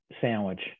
sandwich